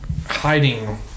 hiding